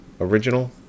Original